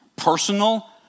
personal